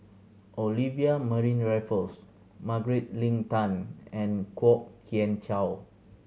Olivia Raffles Margaret Leng Tan and Kwok Kian Chow